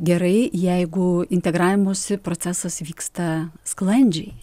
gerai jeigu integravimosi procesas vyksta sklandžiai